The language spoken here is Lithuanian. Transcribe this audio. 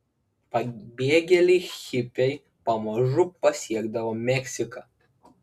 pabėgėliai hipiai pamažu pasiekdavo meksiką